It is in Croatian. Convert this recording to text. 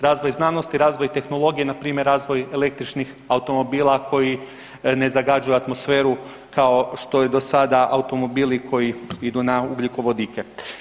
Razvoj znanosti, razvoj tehnologije, npr. razvoj električnih automobila koji ne zagađuju atmosferu kao što je do sada, automobili koji idu na ugljikovodike.